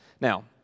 Now